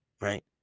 right